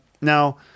Now